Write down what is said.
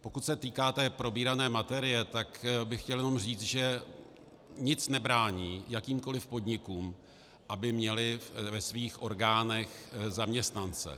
Pokud se týká probírané materie, tak bych chtěl jenom říci, že nic nebrání jakýmkoli podnikům, aby měly ve svých orgánech zaměstnance.